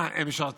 מה, הם משרתים?